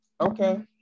okay